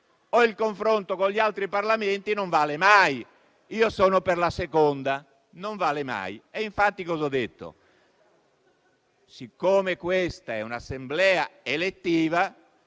o il confronto con gli altri Parlamenti non vale mai. Io sono per la seconda: non vale mai. Infatti cosa ho detto? Siccome questa è un'Assemblea elettiva,